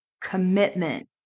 commitment